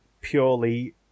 purely